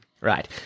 Right